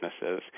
businesses